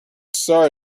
sorry